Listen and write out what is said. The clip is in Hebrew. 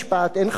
אין חקירה,